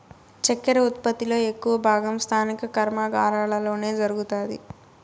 చక్కర ఉత్పత్తి లో ఎక్కువ భాగం స్థానిక కర్మాగారాలలోనే జరుగుతాది